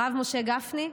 הרב משה גפני,